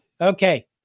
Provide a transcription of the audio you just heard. Okay